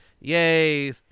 Yay